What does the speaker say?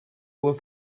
were